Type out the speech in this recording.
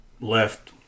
left